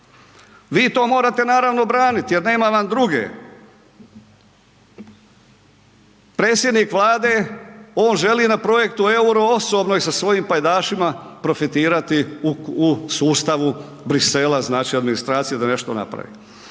Vi to morate naravno braniti jer nema vam druge. Predsjednik Vlade on želi na projektu EUR-o osobno i sa svojim pajdašima profitirati u sustavu Bruxellesa znači administracije da nešto napravi.